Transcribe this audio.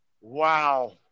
Wow